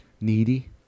needy